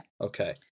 Okay